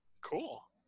Cool